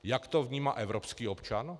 Jak to vnímá evropský občan?